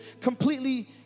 completely